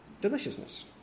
deliciousness